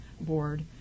board